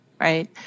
right